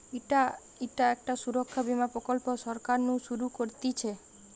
ইটা একটা সুরক্ষা বীমা প্রকল্প সরকার নু শুরু করতিছে